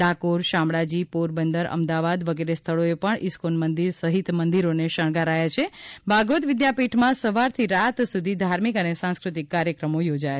ડાકોર શામળાજી પોરબંદર અમદાવાદ વગેરે સ્થળોએ પણ ઇસ્કોન મંદિર સહિત મંદિરોને શણગારાયા છે ભાગવત વિદ્યાપીઠમાં સવારથી રાત સુધી ધાર્મિક અને સાંસ્ક્રતિક કાર્યક્રમો યોજાયા છે